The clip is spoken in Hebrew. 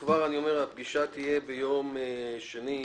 נודיע על שעת הישיבה הבאה ביום שני,